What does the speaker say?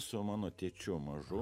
su mano tėčiu mažu